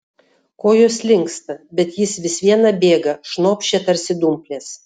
kojos linksta bet jis vis viena bėga šnopščia tarsi dumplės